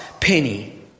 Penny